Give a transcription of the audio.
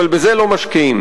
אבל בזה לא משקיעים.